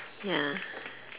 ya